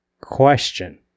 question